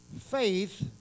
Faith